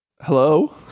hello